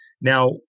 Now